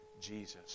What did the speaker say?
Jesus